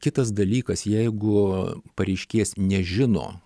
kitas dalykas jeigu pareiškėjas nežino